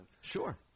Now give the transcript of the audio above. Sure